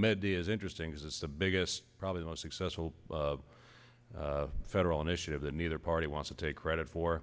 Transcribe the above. mit is interesting is it's the biggest probably the most successful federal initiative that neither party wants to take credit for